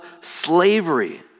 slavery